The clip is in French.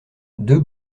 deux